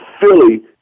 Philly